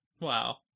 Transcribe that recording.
Wow